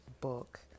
book